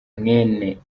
mwene